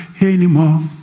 anymore